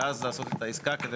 ואז לעשות את העסקה.